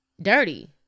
dirty